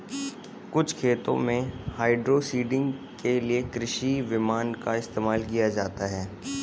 कुछ खेतों में हाइड्रोसीडिंग के लिए कृषि विमान का इस्तेमाल किया जाता है